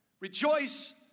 Rejoice